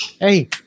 hey